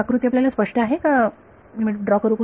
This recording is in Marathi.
ही आकृती आपल्याला स्पष्ट आहे का की मी पुन्हा ड्रॉ करू